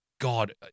God